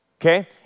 Okay